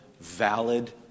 valid